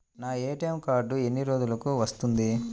నా ATM card ఎన్ని రోజులకు వస్తుంది?